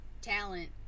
talent